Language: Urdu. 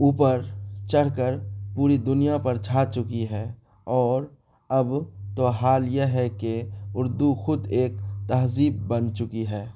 اوپر چڑھ کر پوری دنیا پر چھا چکی ہے اور اب تو حال یہ ہے کہ اردو خود ایک تہذیب بن چکی ہے